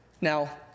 Now